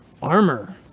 armor